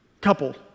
couple